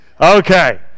Okay